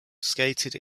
skated